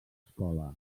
escola